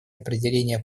определение